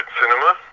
Cinema